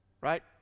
right